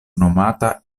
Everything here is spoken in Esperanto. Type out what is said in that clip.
nomataj